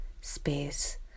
space